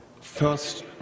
First